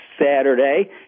Saturday